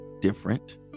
different